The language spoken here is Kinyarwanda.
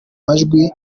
majwi